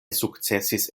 sukcesis